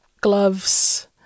gloves